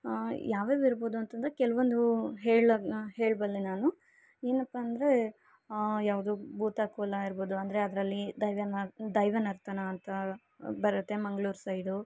ಯಾವ್ಯಾವ ಇರಬೋದು ಅಂತಂದ್ರೆ ಕೆಲ್ವೊಂದು ಹೇಳ ಹೇಳಬಲ್ಲೆ ನಾನು ಏನಪ್ಪಾ ಅಂದರೆ ಯಾವುದು ಭೂತ ಕೋಲ ಇರಬೋದು ಅಂದರೆ ಅದರಲ್ಲಿ ದೈವ್ಯ ನ ದೈವ ನರ್ತನ ಅಂತ ಬರುತ್ತೆ ಮಂಗಳೂರು ಸೈಡು